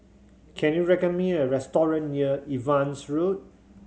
can you recommend me a restaurant near Evans Road